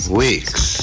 weeks